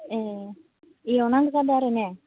ए बेयाव नांगौ जादों आरो ने